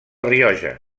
rioja